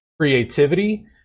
creativity